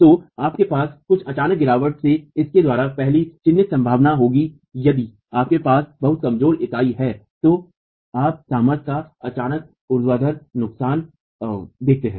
तो आपके पास कुछ अचानक गिरावट से इसके द्वारा पहली चिह्नित संभावना होगी यदि आपके पास बहुत कमजोर इकाइयां हैं तो आप सामर्थ्य का अचानक ऊर्ध्वाधर नुकसान देखते हैं